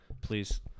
Please